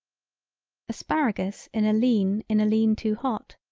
asparagus in a lean in a lean to hot.